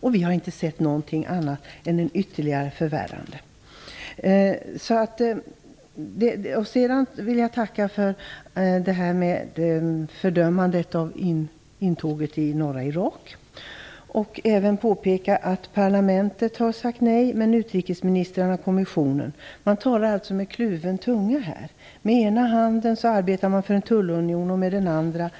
Men vi har inte sett någonting annat än ett ytterligare förvärrande av situationen. Jag tackar också för att man fördömer intåget i norra Irak. Europaparlamentet har sagt nej, men inte utrikesministrarna och kommissionen. Man talar alltså med kluven tunga. Med ena handen arbetar man för en tullunion och med den andra